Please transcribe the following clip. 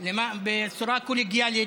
בצורה קולגיאלית,